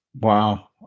Wow